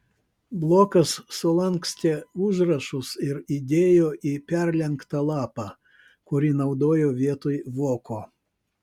blokas sulankstė užrašus ir įdėjo į perlenktą lapą kurį naudojo vietoj voko